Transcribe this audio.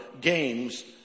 games